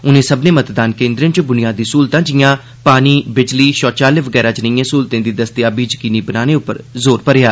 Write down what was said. उनें सब्मनें मतदान केन्द्रें च बुनियादी स्हूलतां जिआं पानी बिजली शौचालय वगैरा ज्नेई स्हूलतें दी दस्तयाबी यकीनी बनाने उप्पर जोर मरेआ